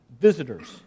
visitors